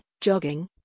jogging